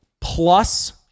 plus